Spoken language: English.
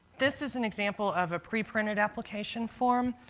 this is an example of a preprinted application form.